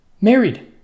married